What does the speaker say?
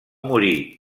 morir